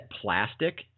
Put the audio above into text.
plastic